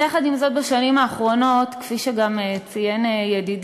יחד עם זאת, בשנים האחרונות, כפי שגם ציין ידידי,